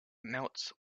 melts